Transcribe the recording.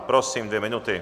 Prosím, dvě minuty.